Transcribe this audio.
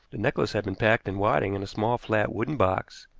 the necklace had been packed in wadding in a small, flat, wooden box,